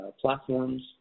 platforms